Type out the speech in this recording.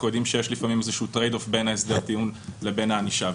יודעים שיש לפעמים טרייד אוף בין הסדר טיעון לבין הענישה.